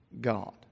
God